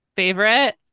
favorite